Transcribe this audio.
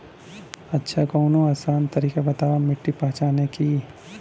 अच्छा कवनो आसान तरीका बतावा मिट्टी पहचाने की?